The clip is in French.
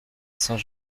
saint